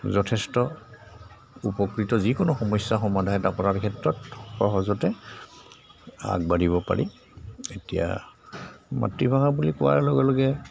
যথেষ্ট উপকৃত যিকোনো সমস্যা সমাধান এটা কৰাৰ ক্ষেত্ৰত সহজতে আগবাঢ়িব পাৰি এতিয়া মাতৃভাষা বুলি কোৱাৰ লগে লগে